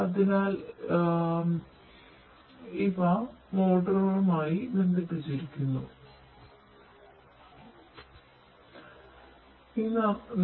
അതിനാൽ ഈ പ്രൊപ്പല്ലറുകളുമായി ബന്ധിപ്പിച്ചിരിക്കുന്ന ഈ മോട്ടോറുകൾ ഞാൻ നിങ്ങൾക്ക് കാണിച്ചുതന്ന ചുവന്ന നിറത്തിലുള്ളവയാണ്